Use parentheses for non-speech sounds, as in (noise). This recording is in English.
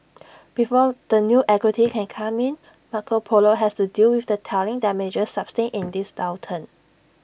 before the new equity can come in Marco Polo has to deal with the telling damages sustained (noise) in this downturn